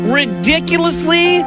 ridiculously